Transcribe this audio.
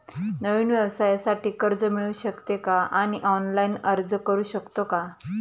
नवीन व्यवसायासाठी कर्ज मिळू शकते का आणि ऑनलाइन अर्ज करू शकतो का?